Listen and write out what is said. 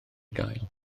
gael